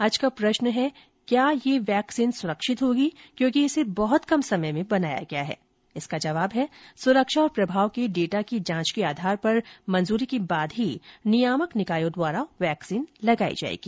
आज का प्रश्न है क्या यह वैक्सीन सुरक्षित होगी क्योंकि इसे बहुत कम समय में बनाया गया है इसका जवाब है सुरक्षा और प्रभाव के डेटा की जांच के आधार पर मंजूरी के बाद ही नियामक निकायों द्वारा वैक्सीन लगाई जाएगी